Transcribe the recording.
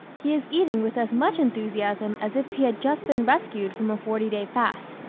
he is eating with as much enthusiasm as if he had just been rescued from a forty-day fast,